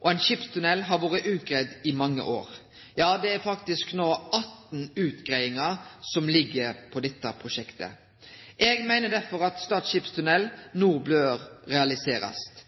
Ein skipstunnel har vore utgreidd i mange år. Ja, det er no faktisk 18 utgreiingar som ligg føre om dette prosjektet. Eg meiner derfor at Stad skipstunnel no bør realiserast.